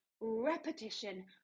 repetition